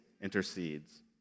intercedes